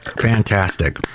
fantastic